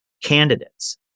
candidates